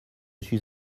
suis